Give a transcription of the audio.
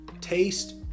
taste